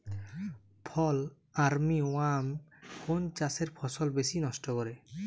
ফল armyworm কোন চাষের ফসল বেশি নষ্ট করে?